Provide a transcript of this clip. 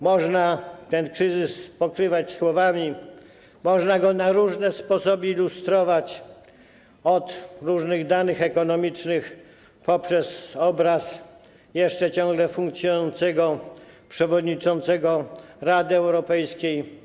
Można ten kryzys pokrywać słowami, można go na różne sposoby ilustrować od różnych danych ekonomicznych poprzez obraz jeszcze ciągle funkcjonującego przewodniczącego Rady Europejskiej.